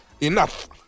Enough